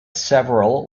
several